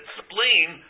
spleen